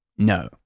No